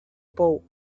pou